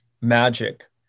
magic